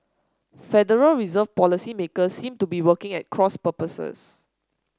Federal Reserve policymakers seem to be working at cross purposes